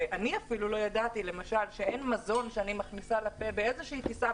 ואני אפילו לא ידעתי שאין מזון שאני מכניסה לפה באיזושהי טיסה,